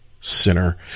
Sinner